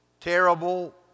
terrible